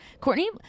Courtney